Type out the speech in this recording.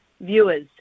viewers